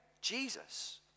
Jesus